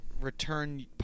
return